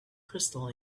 crystal